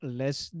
less